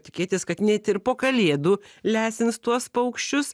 tikėtis kad net ir po kalėdų lesins tuos paukščius